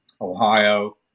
Ohio